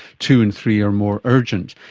two and three are more urgent.